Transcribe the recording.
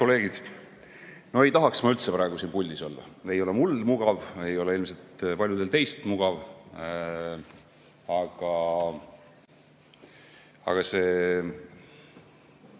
kolleegid! No ei tahaks ma üldse praegu siin puldis olla, ei ole mul mugav, ei ole ilmselt paljudel teist mugav. Aga see